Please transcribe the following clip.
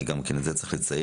גם את זה אני צריך לציין: